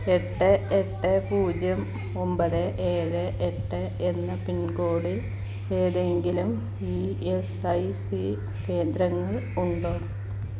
എട്ട് എട്ട് പൂജ്യം ഒമ്പത് ഏഴ് എട്ട് എന്ന പിൻകോഡിൽ ഏതെങ്കിലും ഇ എസ് ഐ സി കേന്ദ്രങ്ങൾ ഉണ്ടോ